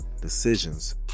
decisions